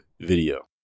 video